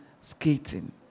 skating